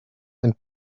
and